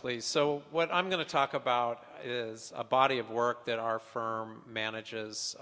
please so what i'm going to talk about is a body of work that our firm manages